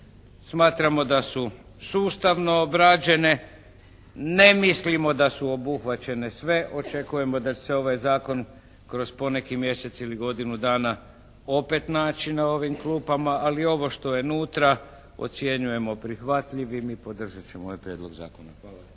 smatramo da su sustavno obrađene, ne mislimo da su obuhvaćene sve, očekujemo da će se ovaj Zakon kroz poneki mjesec ili godinu dana opet naći na ovim klupama, ali ovo što je unutra ocjenjujemo prihvatljivim i podržat ćemo ovaj Prijedlog zakona. Hvala.